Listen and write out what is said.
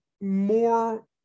more